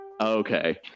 Okay